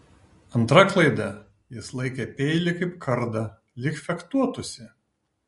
antra klaida jis laikė peilį kaip kardą lyg fechtuotųsi